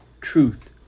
truth